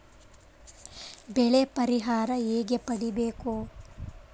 ಬೆಳೆ ಪರಿಹಾರ ಹೇಗೆ ಪಡಿಬೇಕು?